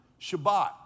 Shabbat